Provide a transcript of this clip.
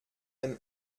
dem